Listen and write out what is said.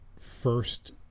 first